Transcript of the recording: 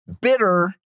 bitter